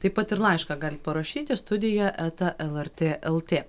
taip pat ir laišką galit parašyti studija eta lrt lt